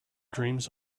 dreams